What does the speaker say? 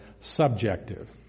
subjective